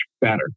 better